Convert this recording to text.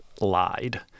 lied